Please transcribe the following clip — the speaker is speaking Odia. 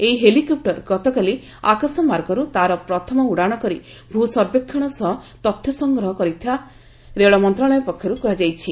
ଏହି ହେଲିକପୂର ଗତକାଲି ଆକାଶମାର୍ଗରୁ ତା'ର ପ୍ରଥମ ଉଡ଼ାଶ କରି ଭୂ ସର୍ବେକ୍ଷଣ ସହ ତଥ୍ୟ ସଂଗ୍ରହ କରିଥିବା ରେଳ ମନ୍ତ୍ରଣାଳୟ ପକ୍ଷରୁ କୁହାଯାଇଛି